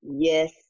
yes